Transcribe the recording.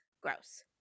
gross